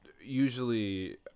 usually